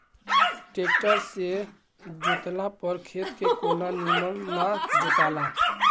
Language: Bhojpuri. ट्रेक्टर से जोतला पर खेत के कोना निमन ना जोताला